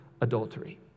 adultery